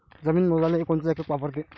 जमीन मोजाले कोनचं एकक वापरते?